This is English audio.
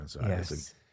yes